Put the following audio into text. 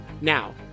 Now